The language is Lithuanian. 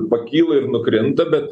pakyla ir nukrinta bet